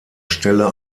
stelle